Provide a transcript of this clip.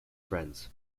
friends